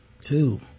Two